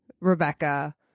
Rebecca